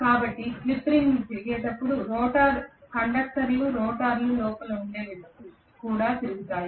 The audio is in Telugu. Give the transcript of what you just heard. కాబట్టి స్లిప్ రింగులు తిరిగేటప్పుడు కండక్టర్లు రోటర్ లోపల ఉండేవి కూడా తిరుగుతాయి